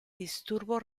disturbo